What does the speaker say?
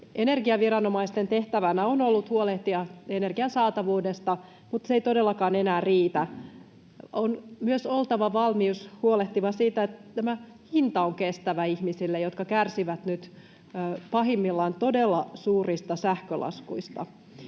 Energiaviranomaisten tehtävänä on ollut huolehtia energian saatavuudesta, mutta se ei todellakaan enää riitä. On myös oltava valmius huolehtia siitä, että tämä hinta on kestävä ihmisille, jotka kärsivät nyt pahimmillaan todella suurista sähkölaskuista.